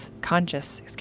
conscious